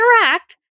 interact